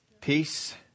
Peace